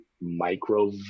micro